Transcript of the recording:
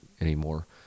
anymore